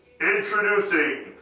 Introducing